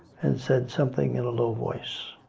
and said something in a low voice.